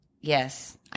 Yes